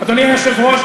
אדוני היושב-ראש,